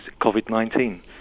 COVID-19